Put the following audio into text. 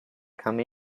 come